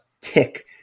tick